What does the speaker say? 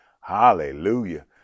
hallelujah